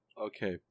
Okay